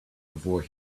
before